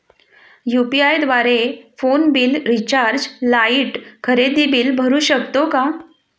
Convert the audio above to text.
UPI द्वारे phone bill, recharge, light, खरेदी bill भरू शकतो का?